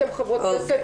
אתן חברות כנסת,